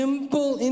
Simple